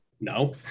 No